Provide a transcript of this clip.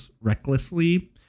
recklessly